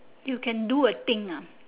you can do a thing ah